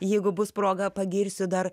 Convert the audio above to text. jeigu bus proga pagirsiu dar